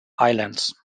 islands